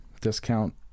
discount